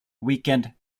weekend